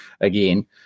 again